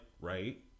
Right